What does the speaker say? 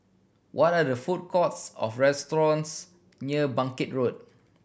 what are there food courts of restaurants near Bangkit Road